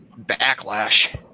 backlash